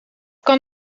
kan